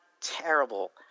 terrible